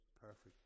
perfect